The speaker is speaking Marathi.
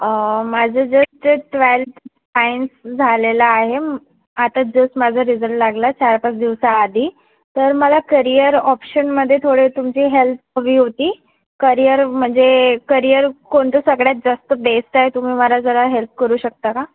माझं जस्ट ट्वेल्थ सायन्स झालेलं आहे आता जस्ट माझा रिझल्ट लागला चार पाच दिवसाआधी तर मला करियर ऑप्शनमध्ये थोडे तुमची हेल्प हवी होती करिअर म्हणजे करिअर कोणतं सगळ्यात जास्त बेस्ट आहे तुम्ही मला जरा हेल्प करू शकता का